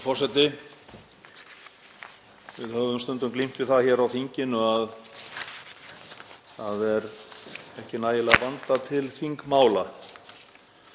forseti. Við höfum stundum glímt við það hér á þinginu að það er ekki nægilega vandað til þingmála.